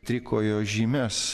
trikojo žymes